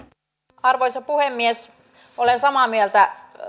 arvoisa puhemies olen samaa mieltä